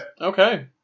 Okay